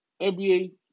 NBA